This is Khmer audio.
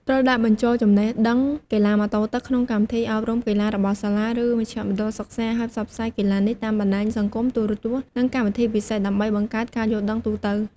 ត្រូវដាក់បញ្ចូលចំណេះដឹងកីឡាម៉ូតូទឹកក្នុងកម្មវិធីអប់រំកីឡារបស់សាលា ឬមជ្ឈមណ្ឌលសិក្សា ហើយផ្សព្វផ្សាយកីឡានេះតាមបណ្តាញសង្គម ទូរទស្សន៍ និងកម្មវិធីពិសេស ដើម្បីបង្កើតការយល់ដឹងទូទៅ។